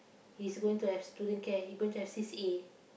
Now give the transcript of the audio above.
he's going to have student care he's going to have C_C_A